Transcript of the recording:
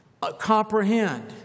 comprehend